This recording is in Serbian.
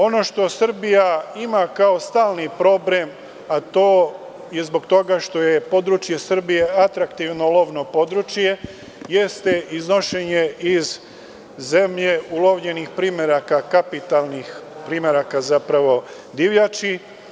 Ono što Srbija ima kao stalni problem, a to je zbog toga što je područje Srbije atraktivno lovno područje jeste iznošenje iz zemlje ulovljenih primeraka, kapitalnih primeraka divljači.